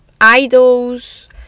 idols